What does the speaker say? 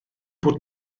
bod